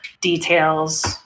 details